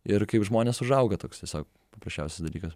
ir kaip žmonės užauga toks tiesiog paprasčiausias dalykas